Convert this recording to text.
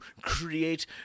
create